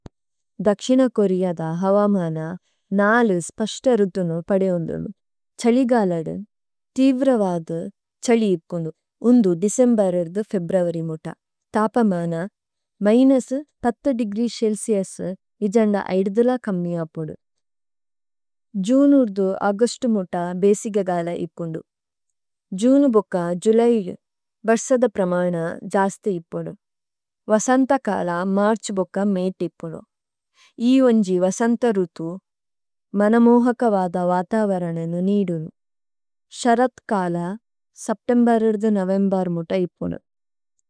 Cruise ഹഡഗു പംഡാ, വിഷാലവാദ സമുദ്ധരദ മദ്ധെ, പോപുന ഒംജി സുംദര നഗര। ആയിടു, പഡുവനദ മിത്തിപ്പുന ഹേഡ്ഡിയൂട്, കുഷിത്ത ഗമനെ, ബക്ക ലക്ജൂരി, ബക്ക പ്രവാസിരുഗെരനു പൊസാ ജാഗദ ബഗ്ഗെ കല്പനെലു ഇപ്പുവാ। ഒംദു കേവല ഒംജി പ്രയാണാദ്ദു। ഒംദു ദാദപണ്ഡ ആനംദദ ക്ഷനക്ലേനു ഹംചുന ബക്ക സംസ്കര്തിക അനുഭാവാത്നക യാത്രെയാത്രിദ്ദു। വിഷാലവാദിത്തിന ഡെക് സും� കേവല്ലാദിദ്ദു।